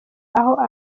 aho